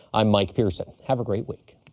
i'm mike pearson. have a great week.